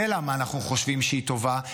זה למה אנחנו חושבים שהיא טובה,